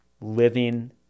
living